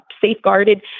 safeguarded